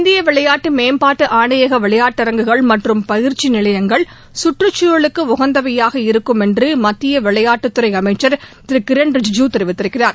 இந்திய விளையாட்டு மேம்பாட்டு ஆணையக விளையாட்டரங்குகள் மற்றும் பயிற்சி நிலையங்கள் கற்றுச்சூழலுக்கு உகந்தவையாக இருக்கும் என்று மத்திய விளையாட்டுத் துறை அமைச்சர் திரு கிரண் ரிஜிஜூ கூறியிருக்கிறார்